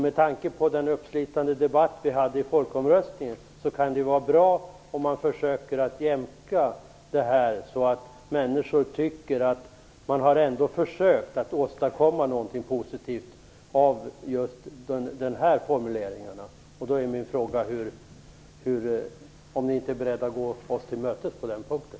Med tanke på den uppslitande debatt som vi hade i samband med folkomröstningen kan det vara bra om man försökte jämka därhän att människor tycker att man ändå har försökt åstadkomma något positivt av dessa formuleringar. Är ni beredda att gå oss till mötes på den punkten?